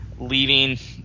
Leaving